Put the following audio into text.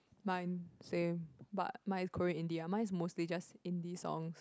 mine same but mine's Korean indie mine's mostly just indie songs